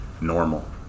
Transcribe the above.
Normal